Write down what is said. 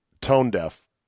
tone-deaf